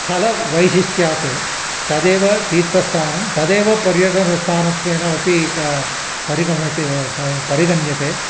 स्थलवैशिष्ट्यात् तदेव तीर्थस्थानं तदेव पर्यटनस्थानत्वेन अपि क परिगमते परि परिगण्यते